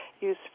use